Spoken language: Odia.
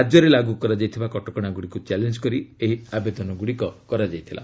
ରାଜ୍ୟରେ ଲାଗୁ କରାଯାଇଥିବା କଟକଶାଗୁଡ଼ିକୁ ଚ୍ୟାଲେଞ୍ଜ କରି ଏହି ଆବେଦନଗୁଡ଼ିକ କରାଯାଇଥିଲା